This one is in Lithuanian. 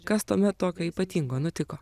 kas tuomet tokio ypatingo nutiko